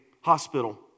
hospital